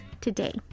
today